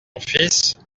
fils